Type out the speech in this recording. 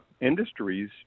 industries